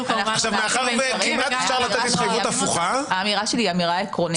מאחר וכמעט אפשר לתת הסתייגות הפוכה- -- האמירה שלי היא אמירה עקרונית.